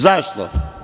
Zašto?